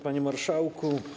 Panie Marszałku!